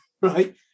right